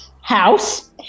house